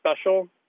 special